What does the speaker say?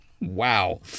Wow